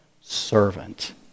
Servant